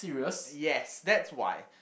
yes that's why